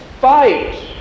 fight